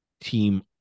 team